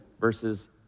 versus